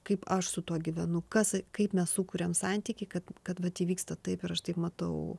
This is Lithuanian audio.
kaip aš su tuo gyvenu kas kaip mes sukuriam santykį kad kad įvyksta taip ir aš taip matau